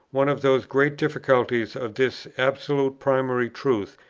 one of those great difficulties of this absolute primary truth,